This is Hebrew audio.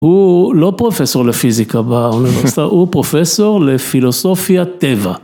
הוא לא פרופסור לפיזיקה באוניברסיטה, הוא פרופסור לפילוסופית טבע.